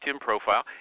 profile